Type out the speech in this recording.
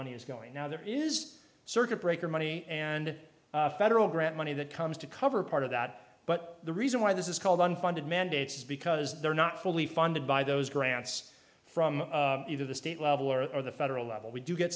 money is going now there is a circuit breaker money and federal grant money that comes to cover part of that but the reason why this is called unfunded mandates is because they're not fully funded by those grants from either the state level or the federal level we do get